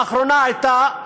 האחרונה הייתה,